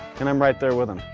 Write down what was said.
and i'm right there with them.